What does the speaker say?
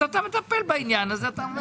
אתה מטפל בעניין, אתה אומר